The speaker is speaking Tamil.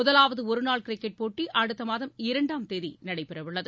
முதலாவது ஒரு நாள் கிரிக்கெட் போட்டி அடுத்த மாதம் இரண்டாம் தேதி நடைபெறவுள்ளது